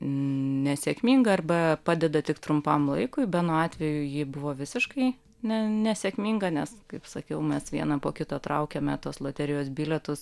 nesėkminga arba padeda tik trumpam laikui beno atveju ji buvo visiškai ne nesėkminga nes kaip sakiau mes vieną po kito traukėme tuos loterijos bilietus